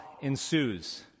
ensues